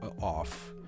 off